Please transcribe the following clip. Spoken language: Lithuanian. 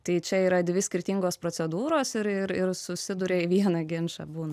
tai čia yra dvi skirtingos procedūros ir ir ir susiduria į vieną ginčą būna